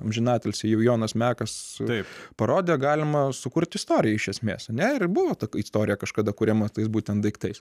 amžinatilsį jonas mekas taip parodė galima sukurti istoriją iš esmės nėr ribų tokia istorija kažkada kuriama tais būtent daiktais